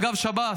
אגב שב"ס,